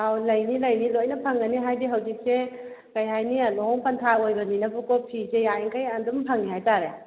ꯑꯧ ꯂꯩꯅꯤ ꯂꯩꯅꯤ ꯂꯣꯏꯅ ꯐꯪꯒꯅꯤ ꯍꯥꯏꯗꯤ ꯍꯧꯖꯤꯛꯁꯦ ꯀꯩꯍꯥꯏꯅꯤ ꯂꯨꯍꯣꯡ ꯄꯟꯊꯥ ꯑꯣꯏꯕꯅꯤꯅꯕꯀꯣ ꯐꯤꯁꯦ ꯌꯥꯔꯤꯡꯈꯩ ꯑꯗꯨꯝ ꯐꯪꯉꯦ ꯍꯥꯏꯇꯥꯔꯦ